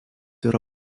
yra